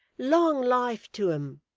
long life to em!